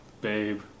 babe